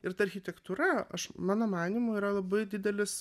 ir ta architektūra mano manymu yra labai didelis